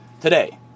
today